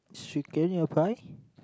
she